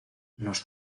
nos